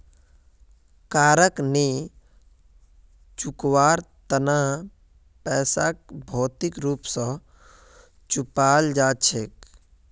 कारक नी चुकवार तना पैसाक भौतिक रूप स चुपाल जा छेक